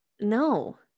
no